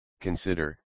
Consider